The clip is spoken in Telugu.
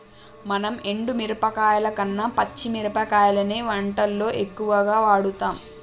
మనం ఎండు మిరపకాయల కన్న పచ్చి మిరపకాయలనే వంటల్లో ఎక్కువుగా వాడుతాం